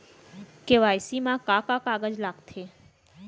KYC मा का का कागज लगथे?